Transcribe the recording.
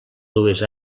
dues